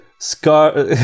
scar